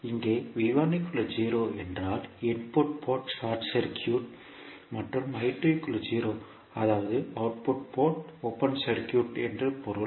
இங்கே என்றால் input port short circuit மற்றும் அதாவது அவுட்புட் போர்ட் ஓபன் சர்க்யூட் என்று பொருள்